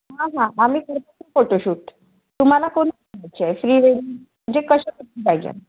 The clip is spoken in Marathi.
हां हां आम्ही कर फोटोशूट तुम्हाला कोण प्री वेडींग म्हणजे कशा पाहिजे